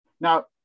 Now